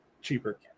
cheaper